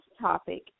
topic